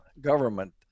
government